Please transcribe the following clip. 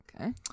Okay